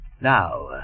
Now